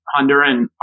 Honduran